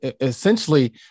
essentially